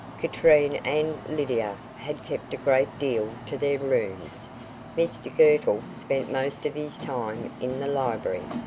katrine and lydia had kept a great deal to their rooms mr girtle spent most of his time in the library,